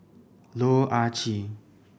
Loh Ah Chee